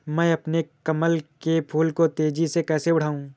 मैं अपने कमल के फूल को तेजी से कैसे बढाऊं?